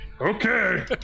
Okay